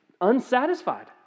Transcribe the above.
unsatisfied